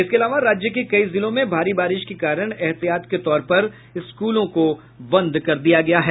इसके अलावा राज्य के कई जिलों में भारी बारिश के कारण एहतियात के तौर पर स्कूलों को बंद कर दिया गया है